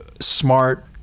smart